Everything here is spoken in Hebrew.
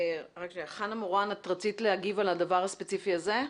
חנה מורן, את רצית להגיב על הדבר הספציפי הזה?